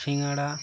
সিঙাড়া